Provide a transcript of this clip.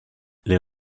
les